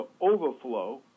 overflow